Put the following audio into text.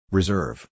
Reserve